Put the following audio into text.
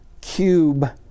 cube